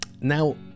now